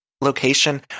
location